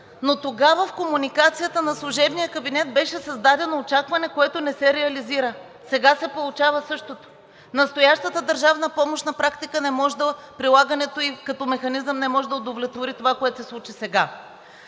Но тогава в комуникацията на служебния кабинет беше създадено очакване, което не се реализира. Сега се получава същото. Настоящата държавна помощ, на практика прилагането ѝ като механизъм, не може да удовлетвори това, което се случи сега.